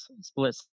split